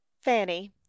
fanny